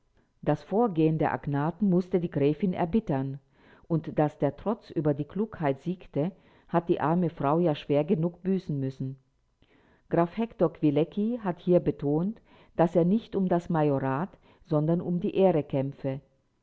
das vorgehen der agnaten mußte die gräfin erbittern und daß der trotz über die klugheit siegte hat die arme frau ja schwer genug büßen müssen graf hektor kwilecki hat hier betont daß er nicht um das majorat sondern um die ehre kämpfe